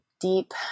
deep